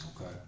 Okay